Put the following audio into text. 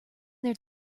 their